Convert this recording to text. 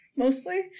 Mostly